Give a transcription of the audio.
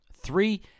Three